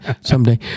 someday